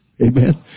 Amen